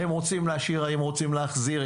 האם רוצים להשאיר, האם רוצים להחזיר.